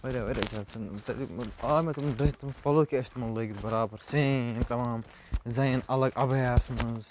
واریاہ واریاہ زیادٕ سُہ آو مےٚ تِمَن پَلوٚو کیٛاہ ٲسۍ تِمَن لٲگِتھ برابر سیم تَمام زَنیٚن الگ عبایَا ہس منٛز